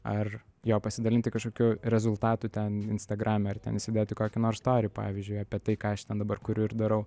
ar jo pasidalinti kažkokiu rezultatu ten instagrame ar ten įsidėt į kokį nors storį pavyzdžiui apie tai ką aš ten dabar kuriu ir darau